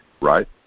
right